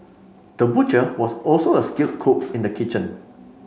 the butcher was also a skilled cook in the kitchen